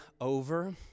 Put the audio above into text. over